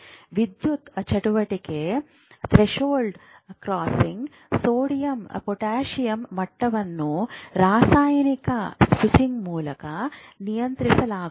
ವಿದ್ಯುತ್ ಚಟುವಟಿಕೆ threshold crossing sodium potassium ಮಟ್ಟವನ್ನು ರಾಸಾಯನಿಕ ಸ್ವಿಚಿಂಗ್ ಮೂಲಕ ನಿಯಂತ್ರಿಸಲಾಗುತ್ತದೆ